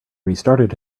restarted